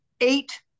eight